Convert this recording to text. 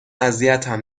اذیتم